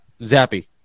Zappy